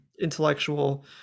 intellectual